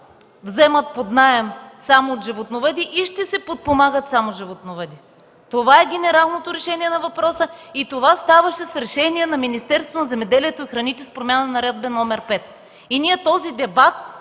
вземат под наем само от животновъди, и ще се подпомагат само животновъди. Това е генералното решение на въпроса и това ставаше с решение на Министерството на земеделието и храните с промяна на Наредба № 5. Този дебат